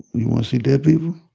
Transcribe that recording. you want to see dead people?